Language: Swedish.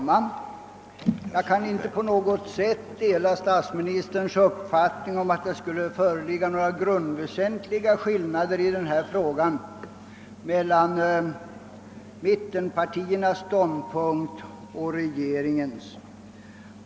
Herr talman! Jag kan inte alls dela statsministerns uppfattning att det i denna fråga finns några grundväsentliga skillnader mellan mittenpartiernas ståndpunkt och regeringens.